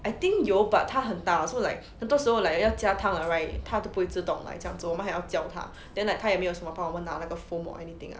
I think 有 but 他很大 so like 很多时候 like 要加汤了 right 他都不会自动来这样我们还要叫他 then like 他也没有什么帮我们拿那个 foam or anything lah